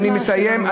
אני מסיים.